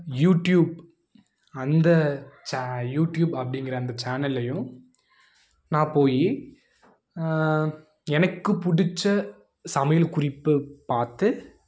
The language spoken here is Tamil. யூடியூப் அந்த சே யூடியூப் அப்படிங்கிற அந்த சேனல்லையும் நான் போய் எனக்கு பிடிச்ச சமையல் குறிப்பு பார்த்து